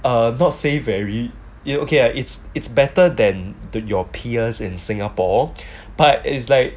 err not say very you okay ah it's it's better than the your peers in singapore but is like